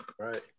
Right